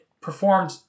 performed